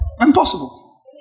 Impossible